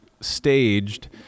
staged